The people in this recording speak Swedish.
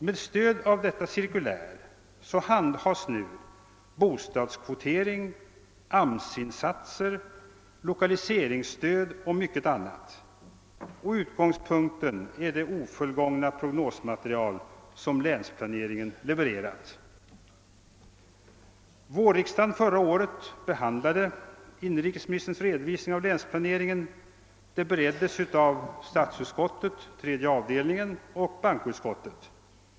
Med stöd av detta cirkulär handhas nu bostadskvotering, AMS-insatser, lokaliseringsstöd och mycket annat, och utgångspunkten är det ofullgångna prognosmaterial som länsplaneringen levererat. Förra årets vårriksdag behandlade inrikesministerns redovisning av länsplaneringen. Ärendet bereddes av statsutskottets tredje avdelning och bankoutskottet.